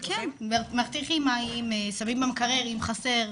כן, מרתיחים מים, שמים במקרר אם חסר,